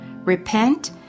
repent